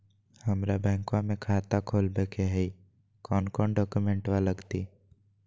हमरा बैंकवा मे खाता खोलाबे के हई कौन कौन डॉक्यूमेंटवा लगती?